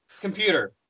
computer